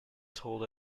told